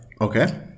okay